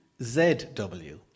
ZW